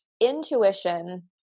Intuition